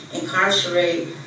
incarcerate